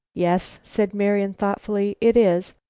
yes-s, said marian, thoughtfully, it is.